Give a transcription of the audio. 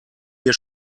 wir